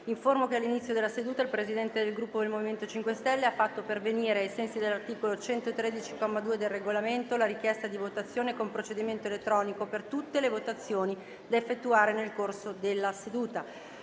che all'inizio della seduta il Presidente del Gruppo MoVimento 5 Stelle ha fatto pervenire, ai sensi dell'articolo 113, comma 2, del Regolamento, la richiesta di votazione con procedimento elettronico per tutte le votazioni da effettuare nel corso della seduta.